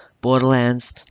borderlands